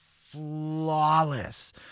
flawless